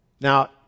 Now